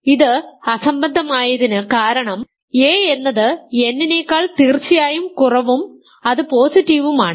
ഇത് അസംബന്ധമായ തിന് കാരണം a എന്നത് n നേക്കാൾ തീർച്ചയായും കുറവും അത് പോസിറ്റീവും ആണ്